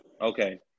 Okay